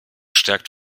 stärkt